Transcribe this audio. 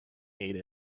ate